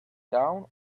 down